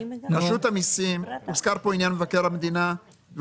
הוזכר כאן מבקר המדינה.